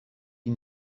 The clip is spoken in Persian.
این